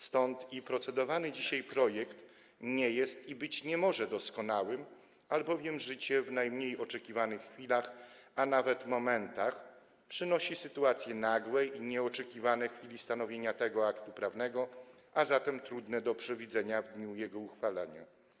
Stąd i procedowany dzisiaj projekt nie jest i być nie może doskonały, albowiem życie w najmniej oczekiwanych chwilach, a nawet momentach, przynosi sytuacje nagłe i nieoczekiwane w chwili stanowienia tego aktu prawnego, a zatem trudne do przewidzenia w dniu jego uchwalania.